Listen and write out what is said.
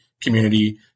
community